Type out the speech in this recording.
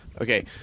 Okay